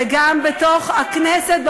וגם בתוך הכנסת,